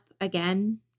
again